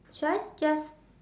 should I just